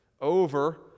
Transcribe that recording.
over